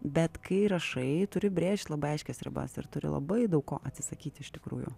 bet kai rašai turi brėžt labai aiškias ribas ir turi labai daug ko atsisakyt iš tikrųjų